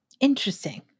Interesting